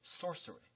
sorcery